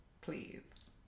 please